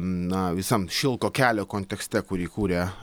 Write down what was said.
na visam šilko kelio kontekste kurį kuria